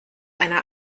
einer